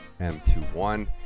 M21